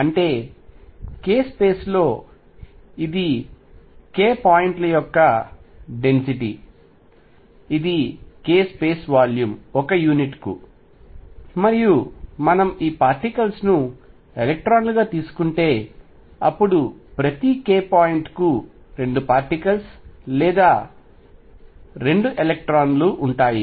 అంటే k space లో ఇది k పాయింట్ల యొక్క డెన్సిటీ ఇది k స్పేస్ వాల్యూమ్ ఒక యూనిట్కు మరియు మనం ఈ పార్టికల్స్ ను ఎలక్ట్రాన్లుగా తీసుకుంటే అప్పుడు ప్రతి k పాయింట్కు 2 పార్టికల్స్ లేదా 2 ఎలక్ట్రాన్లు ఉంటాయి